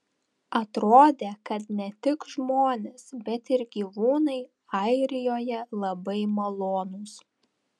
atrodė kad ne tik žmonės bet ir gyvūnai airijoje labai malonūs